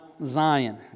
Zion